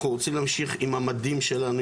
אנחנו רוצים להמשיך עם המדים שלנו,